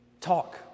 talk